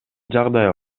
жагдай